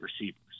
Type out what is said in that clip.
receivers